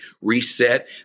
Reset